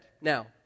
Now